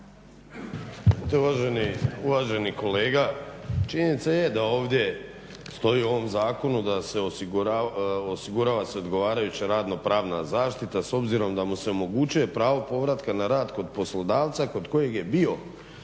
Uvaženi kolega činjenica je da ovdje stoji u ovom zakonu da se osigurava odgovarajuća radno-pravna zaštita s obzirom da mu se omogućuje pravo povratka na rad kod poslodavca kod kojeg je bio